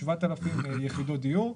7,000 יחידות דיור,